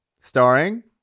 starring